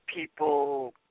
people